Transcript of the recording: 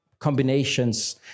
combinations